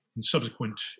subsequent